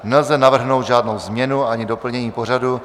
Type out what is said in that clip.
Nelze navrhnout žádnou změnu ani doplnění pořadu.